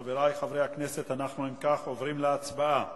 חברי חברי הכנסת, אנחנו אם כך עוברים להצבעה.